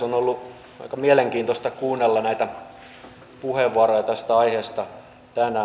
on ollut aika mielenkiintoista kuunnella näitä puheenvuoroja tästä aiheesta tänään